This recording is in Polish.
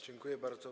Dziękuję bardzo.